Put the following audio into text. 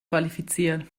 qualifiziert